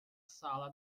sala